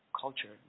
culture